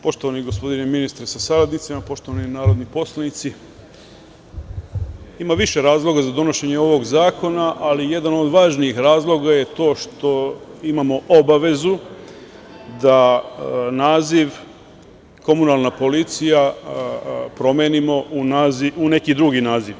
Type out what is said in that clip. Poštovani gospodine ministre sa saradnicima, poštovani narodni poslanici, ima više razloga za donošenje ovog zakona, ali jedan od važnijih razloga je to što imamo obavezu da naziv komunalna policija, promenimo u neki drugi naziv.